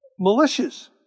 militias